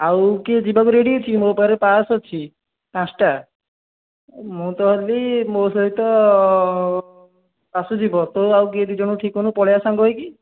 ଆଉ କିଏ ଯିବାକୁ ରେଡ଼ି ଅଛି ମୋ ପାଖରେ ପାସ୍ ଅଛି ପାଞ୍ଚଟା ମୁଁ ତ ହେଲି ମୋ ସହିତ ଆଶୁ ଯିବ ତୋ ଆଉ କିଏ ଦୁଇଜଣ ଠିକ୍ କରୁନୁ ପଳାଇବା ସାଙ୍ଗ ହେଇକି